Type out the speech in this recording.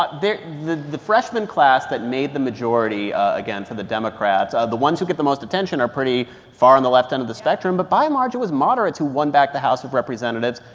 but the the freshman class that made the majority again for the democrats the ones who get the most attention are pretty far on the left end of the spectrum. but by and large, it was moderates who won back the house of representatives.